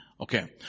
Okay